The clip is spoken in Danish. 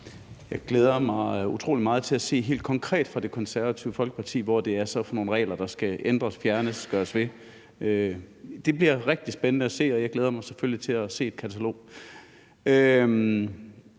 Jeg glæder mig utrolig meget til at se helt konkret fra Det Konservative Folkeparti, hvad det så er for nogle regler, der skal ændres, fjernes eller gøres ved. Det bliver rigtig spændende at se, og jeg glæder mig selvfølgelig til at se et katalog.